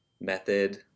method